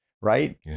right